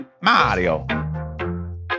Mario